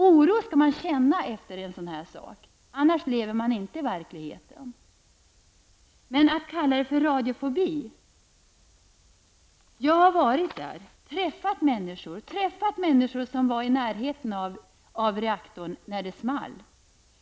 Man skall känna oro efter en sådan här sak, annars lever man inte i verkligheten. Men det är inte riktigt att kalla det för radiofobi. Jag har varit där och träffat människor som var i närheten av reaktorn när det small.